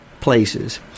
places